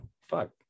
fuck